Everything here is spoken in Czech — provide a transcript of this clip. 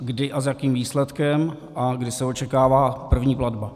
Kdy a s jakým výsledkem a kdy se očekává první platba?